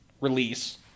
release